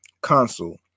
console